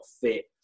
fit